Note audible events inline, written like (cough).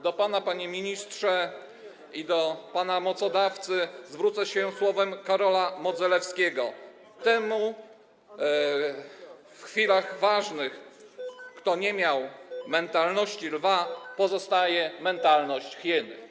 Do pana, panie ministrze, i do pana mocodawcy (noise) zwrócę się słowami Karola Modzelewskiego: Temu, kto w chwilach ważnych nie miał mentalności lwa, pozostaje mentalność hieny.